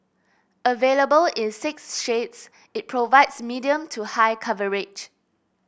available in six shades it provides medium to high coverage